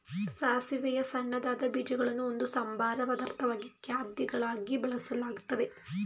ಸಾಸಿವೆಯ ಸಣ್ಣದಾದ ಬೀಜಗಳನ್ನು ಒಂದು ಸಂಬಾರ ಪದಾರ್ಥವಾಗಿ ಖಾದ್ಯಗಳಿಗೆ ಬಳಸಲಾಗ್ತದೆ